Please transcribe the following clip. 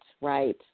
right